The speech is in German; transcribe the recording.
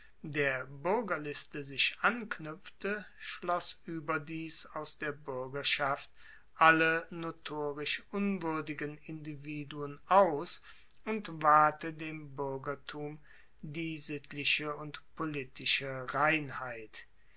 der buergerliste sich anknuepfte schloss ueberdies aus der buergerschaft alle notorisch unwuerdigen individuen aus und wahrte dem buergertum die sittliche und politische reinheit